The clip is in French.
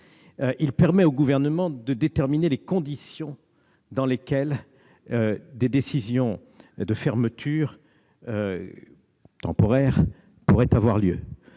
elle permet au Gouvernement de déterminer les conditions dans lesquelles des décisions de fermeture temporaire pourraient être